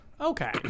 Okay